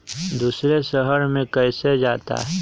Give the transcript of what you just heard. दूसरे शहर मे कैसे जाता?